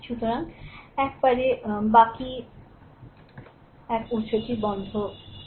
সুতরাং একবারে বাকি এক উৎসটি বন্ধ হয়ে যাবে